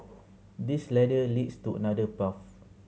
this ladder leads to another path